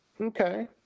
Okay